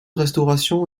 restauration